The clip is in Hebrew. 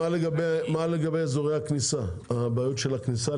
מה לגבי בעיות הכניסה לנמל?